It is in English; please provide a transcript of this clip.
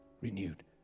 renewed